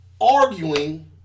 arguing